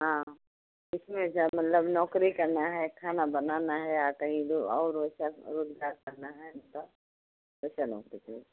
हाँ इसमें क्या मतलब नौकरी करना है खाना बनाना है या कहीं जो और वैसा रोज़गार करना है बताओ कैसा नौकरी चाहिए